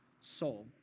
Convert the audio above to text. soul